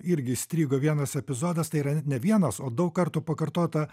irgi įstrigo vienas epizodas tai yra ne vienas o daug kartų pakartota